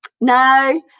No